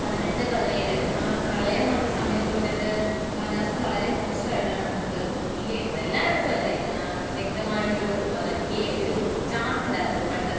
പതിനെട്ട് പതിനേഴ് ആ പ്രളയം വന്ന സമയം തൊട്ടിട്ട് കാലാവസ്ഥ വളരെ മോശായിട്ടാണ് നമുക്ക് ഫീല് ചെയ്യുന്നത് എല്ലായിടത്തും അതെ വ്യക്തമായിട്ടൊരു ഒരു ചാർട്ടുണ്ടായിരുന്നു പണ്ട്